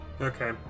Okay